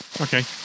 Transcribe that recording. Okay